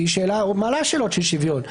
שהיא מעלה שאלות של שוויון,